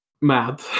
mad